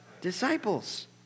disciples